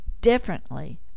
differently